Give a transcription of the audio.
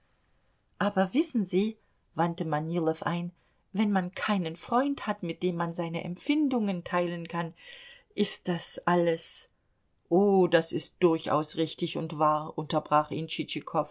aber wissen sie wandte manilow ein wenn man keinen freund hat mit dem man seine empfindungen teilen kann ist das alles oh das ist durchaus richtig und wahr unterbrach ihn